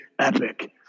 epic